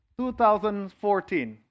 2014